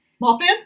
Muffin